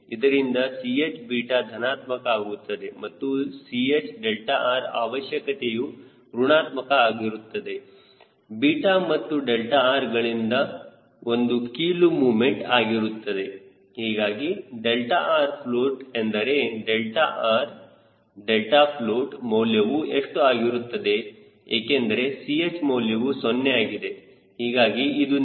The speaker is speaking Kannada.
ಇದರಿಂದ Ch ಧನಾತ್ಮಕ ಆಗುತ್ತದೆ ಮತ್ತು Chr ಅವಶ್ಯಕತೆಯು ಋಣಾತ್ಮಕ ಆಗುತ್ತದೆ 𝛽 ಮತ್ತು 𝛿r ಗಳಿಂದ ಇದು ಕೀಲು ಮೊಮೆಂಟ್ ಆಗಿರುತ್ತದೆ ಹೀಗಾಗಿ 𝛿rfloat ಎಂದರೆ 𝛿r 𝛿float ಮೌಲ್ಯವು ಎಷ್ಟು ಆಗಿರುತ್ತದೆ ಏಕೆಂದರೆ Ch ಮೌಲ್ಯವು 0 ಆಗಿದೆ